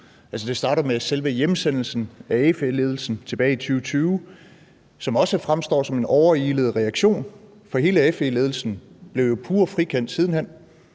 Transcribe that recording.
Det starter med selve hjemsendelsen af FE-ledelsen tilbage i 2020, som også fremstår som en overilet reaktion, for hele FE-ledelsen blev jo pure frikendt siden hen.